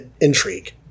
intrigue